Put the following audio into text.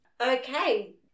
Okay